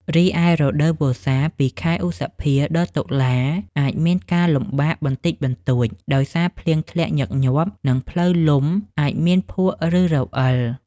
រីឯ រដូវវស្សាពី ខែឧសភា ដល់ តុលា អាចមានការលំបាកបន្តិចដោយសារភ្លៀងធ្លាក់ញឹកញាប់ និងផ្លូវលំអាចមានភក់ ឬរអិល។